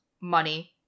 money